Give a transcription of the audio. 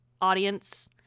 audience